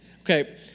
Okay